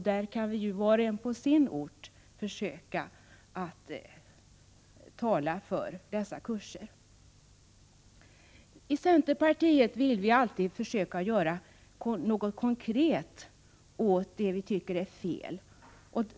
Där kan var och en på sin ort försöka tala för dessa kurser. I centerpartiet vill vi alltid försöka göra något konkret åt det vi tycker är fel.